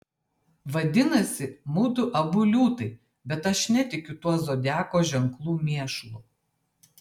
vadinasi mudu abu liūtai bet aš netikiu tuo zodiako ženklų mėšlu